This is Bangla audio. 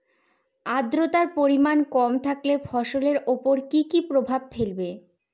আদ্রর্তার পরিমান কম থাকলে ফসলের উপর কি কি প্রভাব ফেলবে?